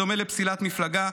בדומה לפסילת מפלגה,